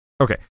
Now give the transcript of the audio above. Okay